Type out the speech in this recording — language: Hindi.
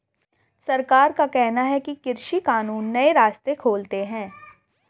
सरकार का कहना है कि कृषि कानून नए रास्ते खोलते है